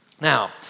Now